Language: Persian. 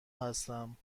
هستم